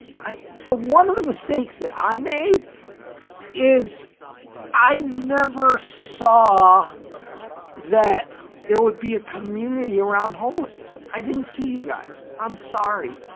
so one of the mistakes that i made is i never saw that there would be a community around homelessness. i didn't see you guys. i'm sorry.